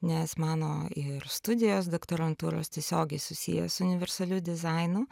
nes mano ir studijos doktorantūros tiesiogiai susiję su universaliu dizainu